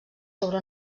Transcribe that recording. sobre